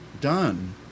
done